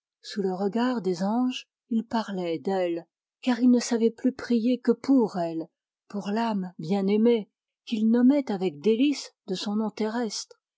sous le regard des anges il parlait d'elle car il ne savait plus prier que pour elle pour l'âme bien-aimée qu'il nommait avec délices de son